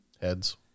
Heads